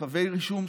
מרחבי רישום,